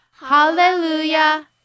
Hallelujah